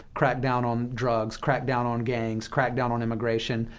crack down on drugs. crack down on gangs. crack down on immigration.